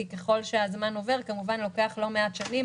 כי ככל שהזמן עובר כמובן לוקח לא מעט שנים